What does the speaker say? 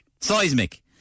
Seismic